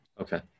Okay